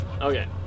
okay